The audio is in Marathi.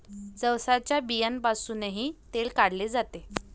जवसाच्या बियांपासूनही तेल काढले जाते